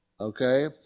Okay